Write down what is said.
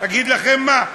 להגיד לכם מה?